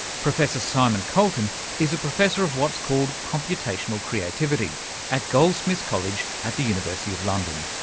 professor simon colton is a professor of what's called computational creativity at goldsmiths college at the university of london.